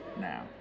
now